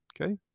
okay